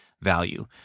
value